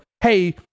hey